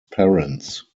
parents